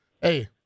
hey